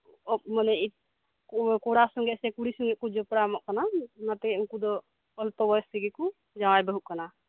ᱚᱠᱚ ᱠᱚᱲᱟ ᱥᱚᱝᱜᱮ ᱥᱮ ᱠᱩᱲᱤ ᱥᱚᱝᱜᱮ ᱧᱟᱯᱟᱢᱚᱜ ᱠᱟᱱᱟ ᱚᱱᱟᱛᱮ ᱩᱱᱠᱩ ᱫᱚ ᱚᱞᱯᱚ ᱵᱚᱭᱚᱥ ᱨᱮᱜᱮ ᱠᱚ ᱡᱟᱶᱟᱭᱼᱵᱟᱹᱦᱩᱜ ᱠᱟᱱᱟ